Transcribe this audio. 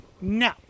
no